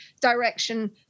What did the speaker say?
direction